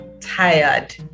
tired